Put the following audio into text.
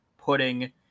putting